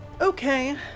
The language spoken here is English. Okay